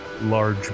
large